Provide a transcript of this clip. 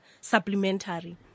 Supplementary